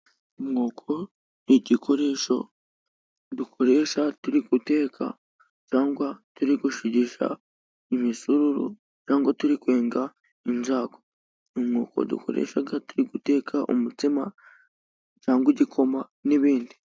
Umwuko n'igikoresho dukoresha, turi guteka cyangwa turi gushigisha imisururu cyangwa turi kwenga inzagwa, n'umwuko dukoresha turi guteka umutsima cyangwa igikoma n'ibindi.